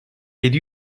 yedi